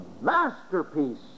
masterpiece